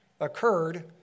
occurred